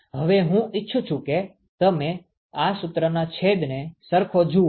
હવે હું ઈચ્છું છું કે તમે આ સુત્રના છેદને સરખો જુઓ